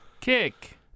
Kick